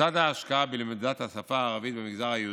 לצד ההשקעה בלמידת השפה הערבית במגזר היהודי,